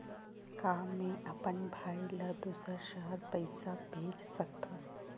का मैं अपन भाई ल दुसर शहर पईसा भेज सकथव?